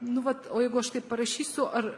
nu vat o jeigu aš taip parašysiu ar